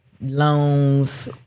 loans